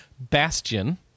Bastion